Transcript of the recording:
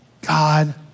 God